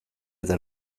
eta